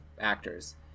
actors